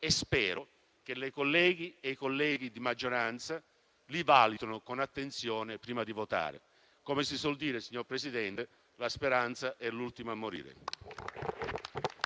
e spero che le colleghe e i colleghi di maggioranza li valutino con attenzione prima di votare. Come si suol dire, signor Presidente, la speranza è l'ultima a morire.